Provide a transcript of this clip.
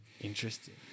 Interesting